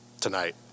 tonight